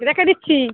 রেখে দিচ্ছি